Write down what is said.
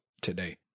today